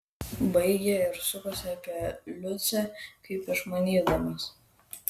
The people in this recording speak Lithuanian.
baigė ir sukosi apie liucę kaip išmanydamas